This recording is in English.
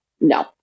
no